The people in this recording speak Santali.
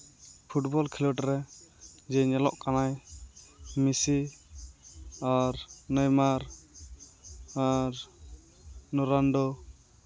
ᱯᱷᱩᱴᱵᱚᱞ ᱠᱷᱮᱞᱳᱰ ᱨᱮ ᱡᱮ ᱧᱮᱞᱚᱜ ᱠᱟᱱᱟᱭ ᱢᱮᱥᱤ ᱟᱨ ᱱᱮᱭᱢᱟᱨ ᱟᱨ ᱨᱚᱞᱟᱱᱰᱳ